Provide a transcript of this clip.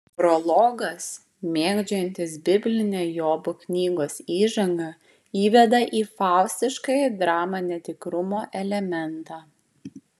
prologas mėgdžiojantis biblinę jobo knygos įžangą įveda į faustiškąją dramą netikrumo elementą